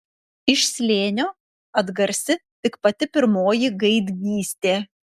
iš slėnio atgarsi tik pati pirmoji gaidgystė